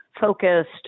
focused